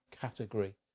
category